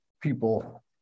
people